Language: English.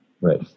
Right